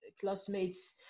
classmates